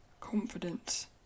confidence